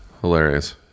hilarious